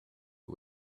who